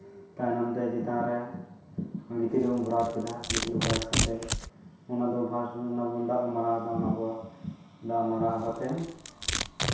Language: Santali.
ᱛᱟᱭᱱᱚᱢ ᱛᱮ ᱪᱮᱛᱟᱱ ᱨᱮ ᱜᱤᱛᱤᱞᱮᱢ ᱵᱷᱚᱨᱟᱴ ᱠᱮᱫᱟ ᱜᱤᱛᱤᱞ ᱵᱷᱚᱨᱟᱴ ᱠᱟᱛᱮᱫ ᱚᱱᱟ ᱫᱚ ᱯᱷᱟᱨᱥᱴ ᱫᱟᱜ ᱵᱚᱱ ᱢᱟᱨᱟᱣ ᱟᱫᱟ ᱚᱱᱟ ᱯᱚᱨ ᱫᱟᱜ ᱢᱟᱨᱟᱣ ᱠᱟᱛᱮᱫ